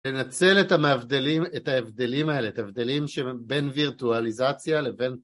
לנצל את המהבדלים, את ההבדלים האלה, את ההבדלים שבין וירטואליזציה לבין